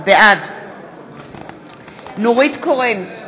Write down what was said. בעד נורית קורן,